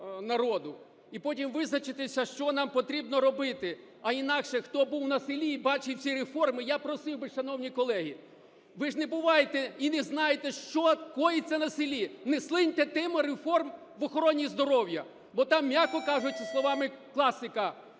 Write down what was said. і потім визначитися, що нам потрібно робити. А інакше, хто був на селі і бачив ці реформи? Я просив би, шановні колеги, ви ж не буваєте і не знаєте, що коїться на селі, не слиньте тему реформ в охороні здоров'я. Бо там, м'яко кажучи словами класика,